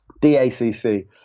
DACC